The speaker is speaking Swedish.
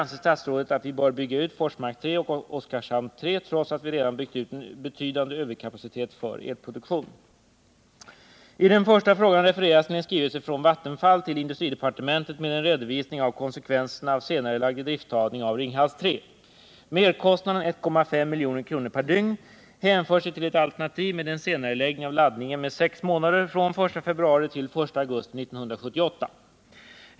Anser statsrådet, att vi bör bygga ut Forsmark 3 och Oskarshamn 3, trots att vi redan har byggt ut en betydande överkapacitet för elproduktion? I den första frågan refereras till en skrivelse från Vattenfall till industridepartementet med en redovisning av konsekvenserna av senarelagd idrifttagning av Ringshals 3. Merkostnaden 1,5 milj.kr. per dygn hänför sig till ett alternativ med en senareläggning av laddningen med sex månader från den 1 februari till den 1 augusti 1978.